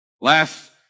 Last